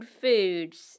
foods